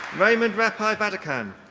raymond rappai vadakkan.